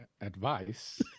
advice